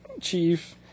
chief